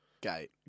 Gate